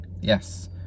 Yes